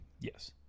Yes